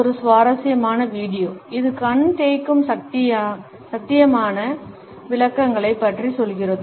இது ஒரு சுவாரஸ்யமான வீடியோ இது கண் தேய்க்கும் சாத்தியமான விளக்கங்களைப் பற்றி சொல்கிறது